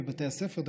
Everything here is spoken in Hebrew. מבתי הספר,